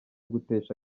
gutesha